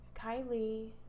Kylie